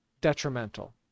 detrimental